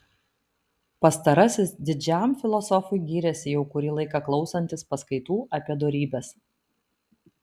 pastarasis didžiam filosofui gyrėsi jau kurį laiką klausantis paskaitų apie dorybes